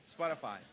Spotify